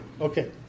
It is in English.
Okay